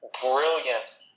brilliant